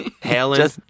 Helen